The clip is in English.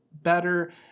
better